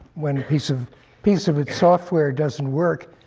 when a piece of piece of its software doesn't work,